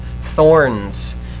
thorns